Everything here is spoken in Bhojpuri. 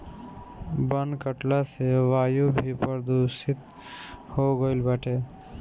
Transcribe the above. वन कटला से वायु भी प्रदूषित हो गईल बाटे